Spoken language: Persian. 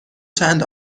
چند